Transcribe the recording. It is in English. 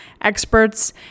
experts